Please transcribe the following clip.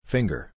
Finger